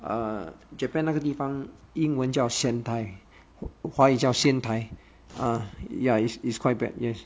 err japan 那个地方英文叫 sendai 华语叫仙台 uh ya it's quite bad yes